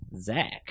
Zach